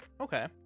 Okay